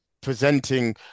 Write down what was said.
presenting